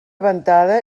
ventada